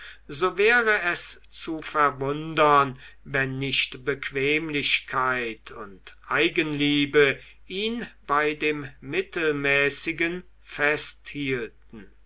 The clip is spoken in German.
so wäre es zu verwundern wenn nicht bequemlichkeit und eigenliebe ihn bei dem mittelmäßigen festhielten